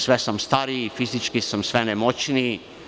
Sve sam stariji, fizički sam sve nemoćniji.